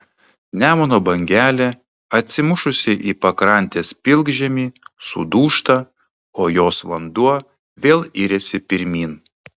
nemuno bangelė atsimušusi į pakrantės pilkžemį sudūžta o jos vanduo vėl iriasi pirmyn